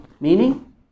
meaning